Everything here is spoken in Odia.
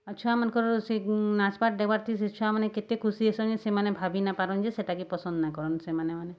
ଆଉ ଛୁଆମାନ୍ଙ୍କର ସେ ନାଚ୍ବାର୍ ଡେଗ୍ବାର୍ ଥି ସେ ଛୁଆମାନେ କେତେ ଖୁସି ହେସନ୍ ଯେ ସେମାନେ ଭାବି ନାପାରନ୍ ଯେ ସେଟାକେ ପସନ୍ଦ୍ ନାଇଁ କରନ୍ ସେମାନେ ମାନେ